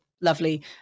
lovely